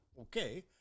okay